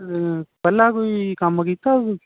ਪਹਿਲਾਂ ਕੋਈ ਕੰਮ ਕੀਤਾ